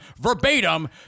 verbatim